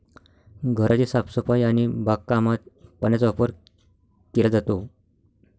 घराची साफसफाई आणि बागकामात पाण्याचा वापर केला जातो